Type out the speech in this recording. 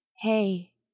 hey